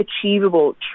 achievable